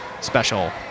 special